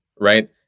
right